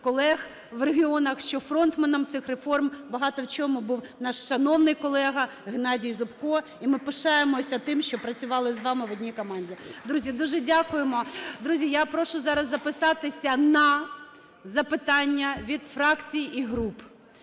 колег в регіонах, що фронтменом цих реформ багато в чому був наш шановний колега Геннадій Зубко. І ми пишаємось тим, що працювали з вами в одній команді. Друзі, дуже дякуємо. Друзі, я прошу зараз записатися на запитання від фракцій і груп.